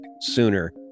sooner